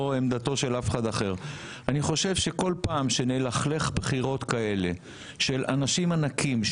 אני חושב שכל פעם שנלכלך בחירות כאלה של אנשים ענקים,